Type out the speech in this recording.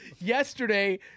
yesterday